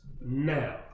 now